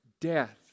death